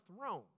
throne